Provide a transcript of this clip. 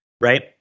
right